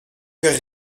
faire